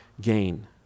gain